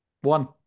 One